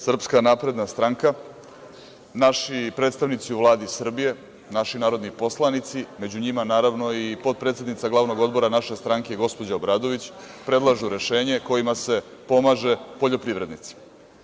Srpska napredna stranka, naši predstavnici u Vladi Srbije, naši narodni poslanici, među njima naravno i potpredsednica Glavnog odbora naše stranke, gospođa Obradović, predlažu rešenja kojima se pomaže poljoprivrednicima.